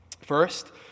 First